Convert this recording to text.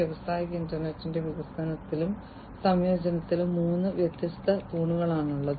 വ്യാവസായിക ഇന്റർനെറ്റിന്റെ വികസനത്തിലും സംയോജനത്തിലും മൂന്ന് വ്യത്യസ്ത തൂണുകളാണിത്